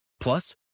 Plus